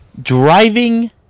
driving